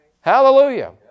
Hallelujah